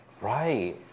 right